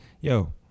yo